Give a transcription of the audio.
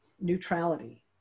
neutrality